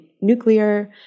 nuclear